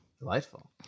Delightful